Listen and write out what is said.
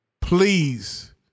please